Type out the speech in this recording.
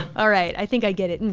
alright, i think i get it. and